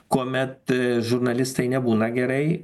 kuomet žurnalistai nebūna gerai